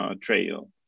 Trail